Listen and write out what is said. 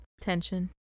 tension